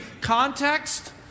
Context